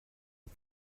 que